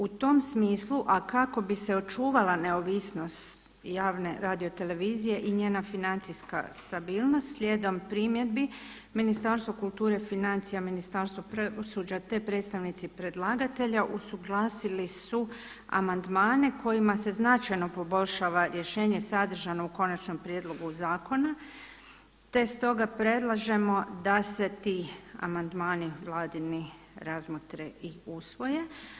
U tom smislu, a kako bi se očuvala neovisnost javne radiotelevizije i njena financijska stabilnost slijedom primjedbi Ministarstvo kulture, financija, Ministarstvo pravosuđa, te predstavnici predlagatelja usuglasili su amandmane kojima se značajno poboljšava rješenje sadržano u konačnom prijedlogu zakona, te stoga predlažemo da se ti amandmani Vladini razmotre i usvoje.